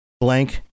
blank